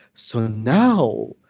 so now,